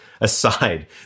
aside